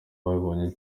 babibonye